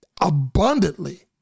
abundantly